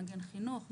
מגן חינוך,